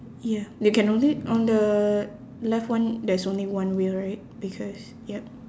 ya you can only on the left one there's only one wheel right because yup